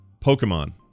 Pokemon